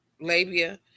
labia